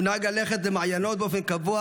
הוא נהג ללכת למעיינות באופן קבוע